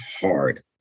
hard